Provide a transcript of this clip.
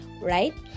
right